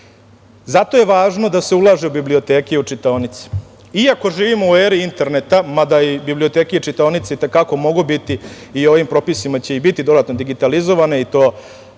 je važno da se ulaže u biblioteke, u čitaonice. Iako živimo u eri interneta, mada i biblioteke i čitaonice i te kako mogu biti i ovim propisima će i biti dodatno digitalizovane, i to